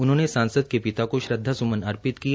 उन्होंने सांसद के पिता को श्रद्वासुमन अर्पित किए